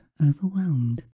overwhelmed